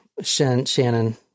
Shannon